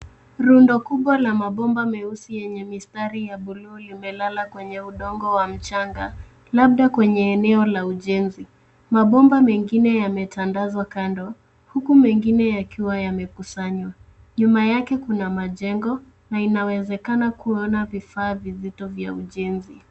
Rundo kubwa la mabomba meusi yenye mistari ya buluu limelala kwenye udongo wa mchanga labda kwenye eneo la ujenzi mabomba mengine yametandazwa kando huku mengine yakiwa yamekusanywa nyuma yake kuna majengo na inawezekana kuona vifaa vizito vya ujenzi.